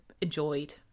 enjoyed